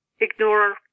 ignore